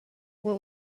what